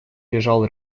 лежал